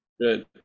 good